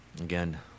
Again